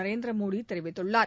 நரேந்திரமோடிதெரிவித்துள்ளார்